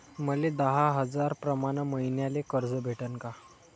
मले दहा हजार प्रमाण मईन्याले कर्ज भेटन का?